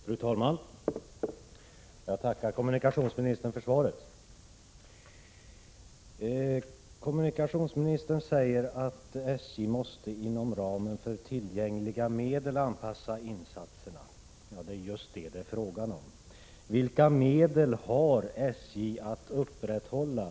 Fru talman! Jag tackar kommunikationsministern för svaret. Kommunikationsministern säger att SJ måste anpassa insatserna inom ramen för tillgängliga medel. Ja, det är just detta det är fråga om. Vilka medel har SJ för att fullgöra sitt uppdrag?